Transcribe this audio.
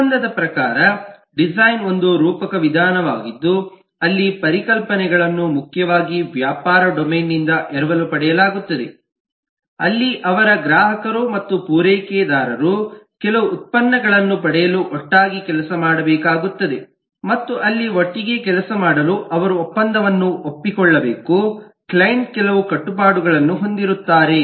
ಒಪ್ಪಂದದ ಪ್ರಕಾರ ಡಿಸೈನ್ ಒಂದು ರೂಪಕ ವಿಧಾನವಾಗಿದ್ದು ಅಲ್ಲಿ ಪರಿಕಲ್ಪನೆಗಳನ್ನು ಮುಖ್ಯವಾಗಿ ವ್ಯಾಪಾರ ಡೊಮೇನ್ನಿಂದ ಎರವಲು ಪಡೆಯಲಾಗುತ್ತದೆ ಅಲ್ಲಿ ಅವರ ಗ್ರಾಹಕರು ಮತ್ತು ಪೂರೈಕೆದಾರರು ಕೆಲವು ಉತ್ಪನ್ನಗಳನ್ನು ಪಡೆಯಲು ಒಟ್ಟಾಗಿ ಕೆಲಸ ಮಾಡಬೇಕಾಗುತ್ತದೆ ಮತ್ತು ಅಲ್ಲಿ ಒಟ್ಟಿಗೆ ಕೆಲಸ ಮಾಡಲು ಅವರು ಒಪ್ಪಂದವನ್ನು ಒಪ್ಪಿಕೊಳ್ಳಬೇಕು ಕ್ಲೈಂಟ್ ಕೆಲವು ಕಟ್ಟುಪಾಡುಗಳನ್ನು ಹೊಂದಿರುತ್ತಾರೆ